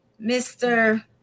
Mr